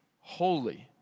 holy